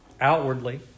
outwardly